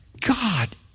God